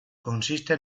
consiste